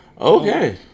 okay